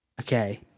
Okay